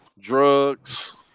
drugs